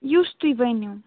یُس تُہۍ ؤنِو